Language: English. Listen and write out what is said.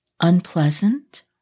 unpleasant